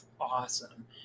awesome